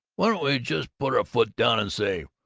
why don't we just put our foot down and say,